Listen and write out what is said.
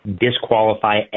disqualify